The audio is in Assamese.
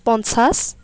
পঞ্চাছ